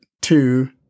two